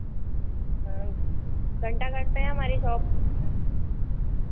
घंटाघर पे है हमारी शॉप